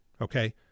Okay